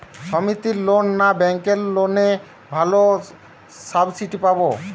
সমিতির লোন না ব্যাঙ্কের লোনে ভালো সাবসিডি পাব?